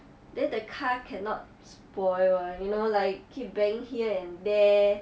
then the car cannot spoil [one] you know like keep bang here and there